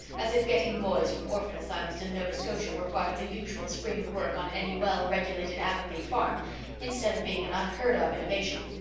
as if getting boys from orphan asylums in nova scotia were part of the usual spring work on any well-regulated avonlea farm instead of being an unheard of innovation.